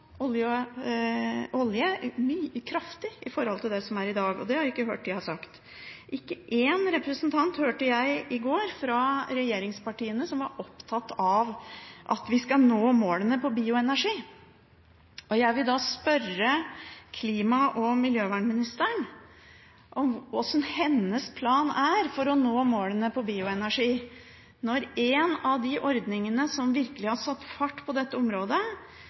olje kraftig i forhold til i dag, og det har jeg ikke hørt den har sagt. Ikke én representant hørte jeg i går fra regjeringspartiene som var opptatt av at vi skal nå målene på bioenergi. Jeg vil spørre klima- og miljøvernministeren om hvordan hennes plan er for å nå målene på bioenergi, når en av de ordningene som virkelig har satt fart på dette området,